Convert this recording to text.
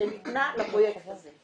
שניתנה לפרויקט הזה.